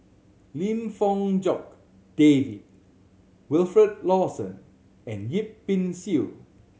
Lim Fong Jock David Wilfed Lawson and Yip Pin Xiu